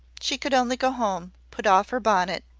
she could only go home, put off her bonnet,